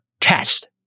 test